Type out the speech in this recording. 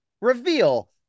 reveal